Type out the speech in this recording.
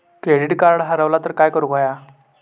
Credit card हरवला तर काय करुक होया?